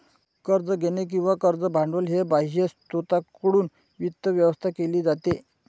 कर्ज घेणे किंवा कर्ज भांडवल हे बाह्य स्त्रोतांकडून वित्त व्यवस्था केली जाते